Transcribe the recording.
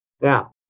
Now